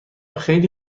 خیلی